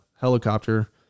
helicopter